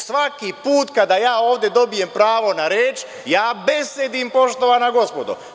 Svaki put kada ja ovde dobijem pravo na reč, ja besedim, poštovana gospodo.